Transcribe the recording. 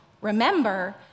remember